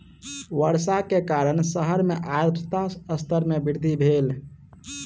वर्षा के कारण शहर मे आर्द्रता स्तर मे वृद्धि भेल